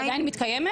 היא עדיין מתקיימת?